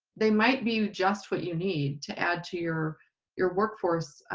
they might be just what you need to add to your your work force